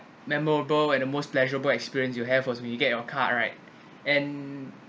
memorable where the most pleasurable experience you have was when you get your car right and